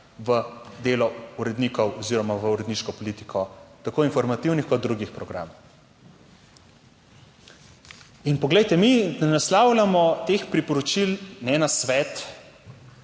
v delo urednikov oziroma v uredniško politiko, tako informativnih kot drugih programov. In poglejte, mi ne naslavljamo teh priporočil ne na svet,